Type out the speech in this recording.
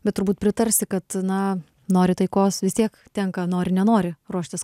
bet turbūt pritarsi kad na nori taikos vis tiek tenka nori nenori ruoštis